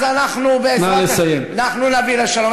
אנחנו נביא לשלום.